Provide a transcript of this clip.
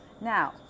Now